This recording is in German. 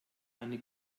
eine